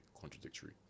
contradictory